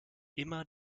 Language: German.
immer